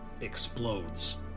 explodes